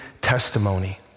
testimony